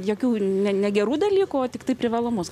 jokių ne negerų dalykų o tiktai privalumus